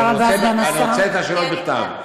אבל אני רוצה את השאלות בכתב.